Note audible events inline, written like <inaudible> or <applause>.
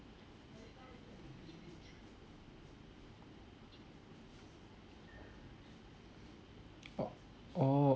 <noise> oh oh